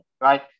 right